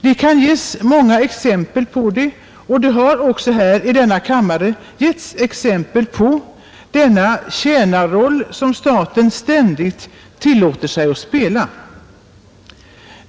Det kan ges många exempel på det, och det har också i denna kammare givits exempel på den tjänarroll som staten ständigt tillåter sig att spela.